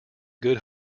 good